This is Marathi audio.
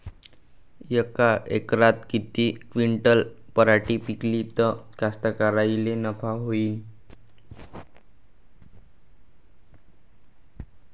यका एकरात किती क्विंटल पराटी पिकली त कास्तकाराइले नफा होईन?